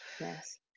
yes